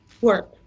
work